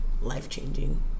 life-changing